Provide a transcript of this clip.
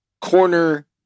corner